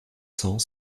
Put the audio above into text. cents